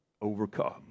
Overcome